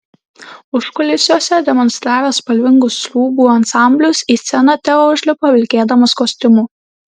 užkulisiuose demonstravęs spalvingus rūbų ansamblius į sceną teo užlipo vilkėdamas kostiumu